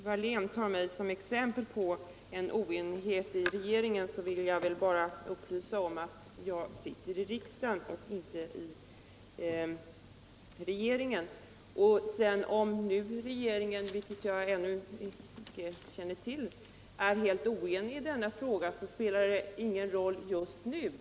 Herr talman! Eftersom Lena Hjelm-Wallén tar mig som exempel på oenighet i regeringen vill jag bara upplysa om att jag sitter i riksdagen och inte i regeringen. Om regeringen är oenig i denna fråga spelar ingen roll just nu.